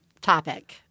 topic